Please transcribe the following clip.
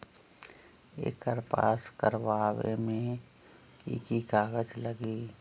एकर पास करवावे मे की की कागज लगी?